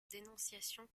dénonciation